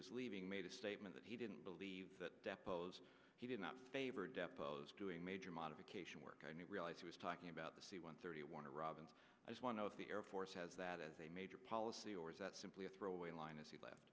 was leaving made a statement that he didn't believe that he did not favor depos doing major modification work i realize he was talking about the c one thirty one or robin as one of the air force has that as a major policy or is that simply a throwaway line as he left